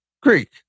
Greek